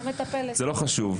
זה לא חשוב.